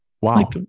Wow